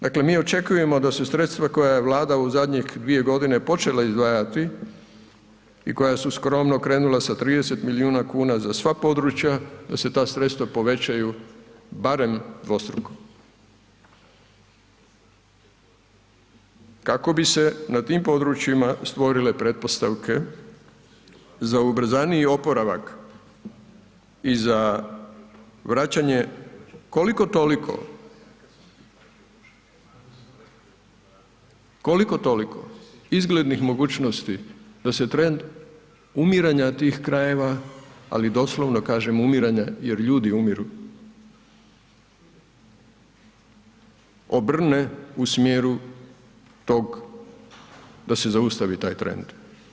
Dakle mi očekujemo da se sredstva koje je Vlada u zadnjih 2 godine počela izdvajati i koja su skromno krenula sa 30 milijuna kuna za sva područja, da se ta sredstva povećaju barem dvostruko kako bi se na tim područjima stvorile pretpostavke za ubrzaniji oporavak i za vraćanje, koliko-toliko, koliko-toliko izglednih mogućnosti da se trend umiranja tih krajeva, ali doslovno kažem umiranja jer ljudi umiru, obrne u smjeru tog da se zaustavi taj trend.